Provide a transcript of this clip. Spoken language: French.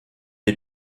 est